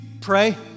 pray